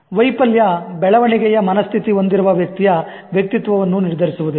ವೈಫಲ್ಯ ಬೆಳವಣಿಗೆಯ ಮನಸ್ಥಿತಿ ಹೊಂದಿರುವ ವ್ಯಕ್ತಿಯ ವ್ಯಕ್ತಿತ್ವವನ್ನು ನಿರ್ಧರಿಸುವುದಿಲ್ಲ